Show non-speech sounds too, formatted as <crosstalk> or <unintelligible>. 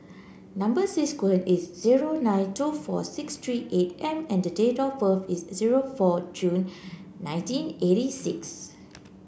number <unintelligible> is S zero nine two four six three eight M and date of birth is zero four June nineteen eighty six